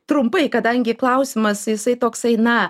trumpai kadangi klausimas jisai toksai na